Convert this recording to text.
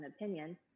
Opinion